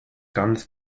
ganz